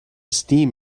steam